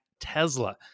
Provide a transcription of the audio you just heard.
Tesla